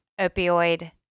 opioid